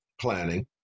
planning